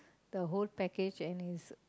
the whole package and is